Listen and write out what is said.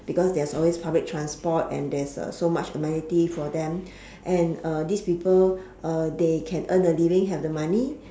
because there's always public transport and there's so much amenity for them and these people they can earn a living have the money